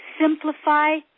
simplify